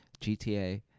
GTA